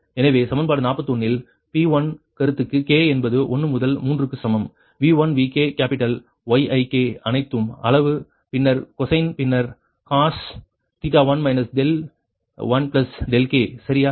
எனவே சமன்பாடு 41 இல் P1 கருத்துக்கு k என்பது 1 முதல் 3 க்கு சமம் V1 Vk கேப்பிட்டல் Y1k அனைத்தும் அளவு பின்னர் கொசின் பின்னர் cos θ1k 1k சரியா